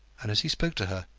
and as he spoke to her,